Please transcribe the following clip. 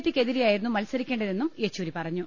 P ക്കെതിരെയായിരുന്നു മത്സരിക്കേണ്ടതെന്നും യെച്ചൂരി പറഞ്ഞു